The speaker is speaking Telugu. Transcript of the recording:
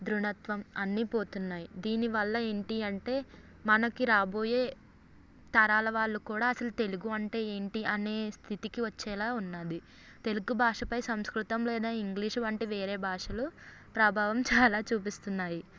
దృఢత్వం అన్ని పోతున్నాయి దీనివల్ల ఏంటి అంటే మనకి రాబోయే తరాల వాళ్ళు కూడా అసలు తెలుగు అంటే ఏంటి అనే స్థితికి వచ్చేలా ఉన్నది తెలుగు భాషపై సంస్కృతం లేదా ఇంగ్లీషు వంటి వేరే భాషలు ప్రభావం చాలా చూపిస్తున్నాయి